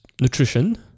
nutrition